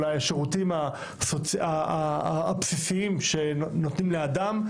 אולי השירותים הבסיסיים שנותנים לאדם,